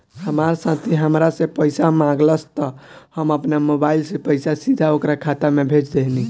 हमार साथी हामरा से पइसा मगलस त हम आपना मोबाइल से पइसा सीधा ओकरा खाता में भेज देहनी